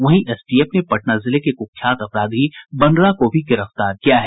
वहीं एसटीएफ ने पटना जिले के कुख्यात अपराधी बनरा को भी गिरफ्तार किया है